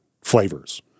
flavors